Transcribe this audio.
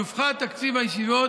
יופחת תקציב הישיבות